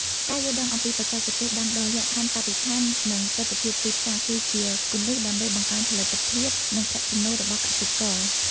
ការយល់ដឹងអំពីបច្ចេកទេសដាំដុះ លក្ខខណ្ឌបរិស្ថាន និងទិដ្ឋភាពទីផ្សារ គឺជាគន្លឹះដើម្បីបង្កើនផលិតភាព និងប្រាក់ចំណូលរបស់កសិករ។